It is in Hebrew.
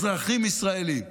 אזרחים ישראלים.